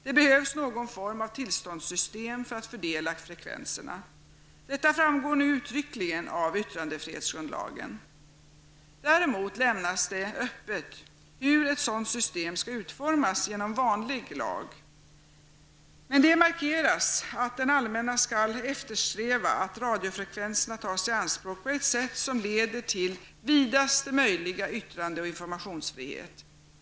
Det behövs någon form av tillståndssystem för att fördela frekvenserna. Detta framgår nu uttryckligen av yttrandefrihetsgrundlagen. Däremot lämnas det öppet hur ett sådant system skall utformas genom vanlig lag. Men det markeras att det allmänna skall eftersträva att radiofrekvenserna tas i anspråk på ett sådant sätt att vi får vidaste möjliga yttrandeoch informationsfrihet.